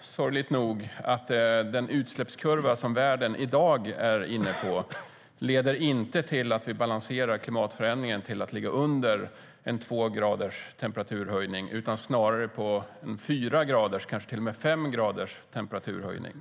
sorgligt nog att den utsläppskurva som världen i dag är inne på inte leder till att vi balanserar klimatförändringen till att ligga under två graders temperaturhöjning, utan det blir snarare fyra eller kanske till och med fem graders temperaturhöjning.